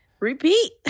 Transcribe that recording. Repeat